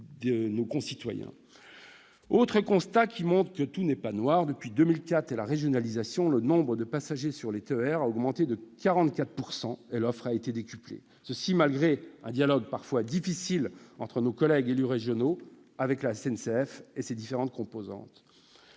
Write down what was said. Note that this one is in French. de nos concitoyens. Autre constat qui montre que tout n'est pas noir : depuis 2004 et la régionalisation, le nombre de passagers des TER a augmenté de 44 % et l'offre a été décuplée, et ce malgré un dialogue parfois difficile entre nos collègues élus régionaux, la SNCF et ses différentes composantes.